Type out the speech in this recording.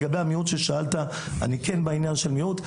לגבי המיעוט ששאלת, אני כן בעניין של מיעוט.